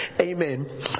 Amen